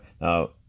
Now